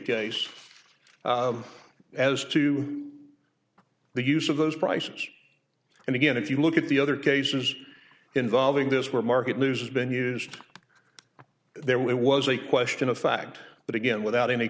case as to the use of those prices and again if you look at the other cases involving this where market news has been used there was a question of fact but again without any